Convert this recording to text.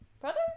brother